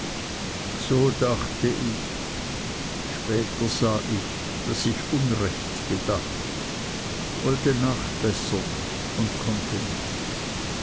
so dachte ich später sah ich daß ich unrecht gedacht wollte nachbessern und konnte nicht